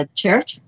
church